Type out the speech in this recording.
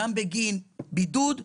גם בגין בידוד,